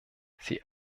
sie